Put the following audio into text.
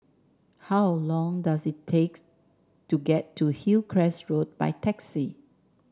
how long does it take to get to Hillcrest Road by taxi